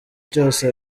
cyose